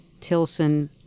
Tilson